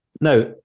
Now